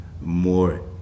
more